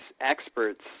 experts